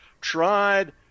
tried